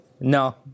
No